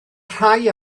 rhai